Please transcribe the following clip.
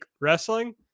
wrestling